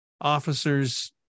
officers